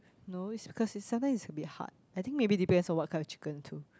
no is because is sometimes it's a bit hard I think maybe depends on what kind of chicken too